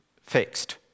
fixed